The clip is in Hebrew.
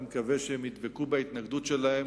אני מקווה שהם ידבקו בהתנגדות שלהם,